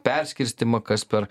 perskirstymą kas per